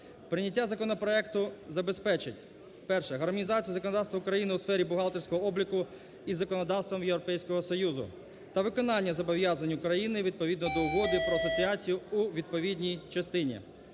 Прийняття законопроекту забезпечить: 1) гармонізацію законодавства України у сфері бухгалтерського обліку із законодавством Європейського Союзу та виконання зобов'язань України відповідно до Угоди про асоціацію у відповідній частині;